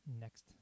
next